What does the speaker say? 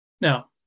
Now